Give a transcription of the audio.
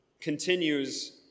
continues